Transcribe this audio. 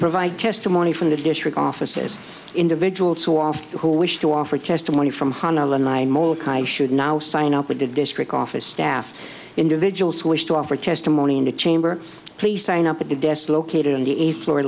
provide testimony from the district offices individuals who are who wish to offer testimony from honolulu and i should now sign up with the district office staff individuals who wish to offer testimony in the chamber please sign up at the desk located on the eighth floor